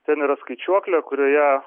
ten yra skaičiuoklė kurioje